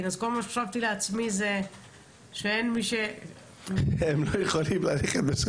וכל מה שחשבתי לעצמי זה שאין מי --- הם לא יכולים ללכת ב-15:00.